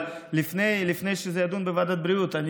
אבל לפני שזה יידון בוועדת הבריאות,